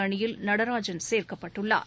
அணியில் நடராஜன் சேர்க்கப்பட்டுள்ளார்